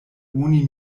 oni